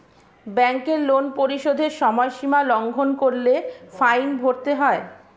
ব্যাংকের লোন পরিশোধের সময়সীমা লঙ্ঘন করলে ফাইন ভরতে হয়